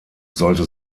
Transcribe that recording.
sollte